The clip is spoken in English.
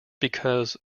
because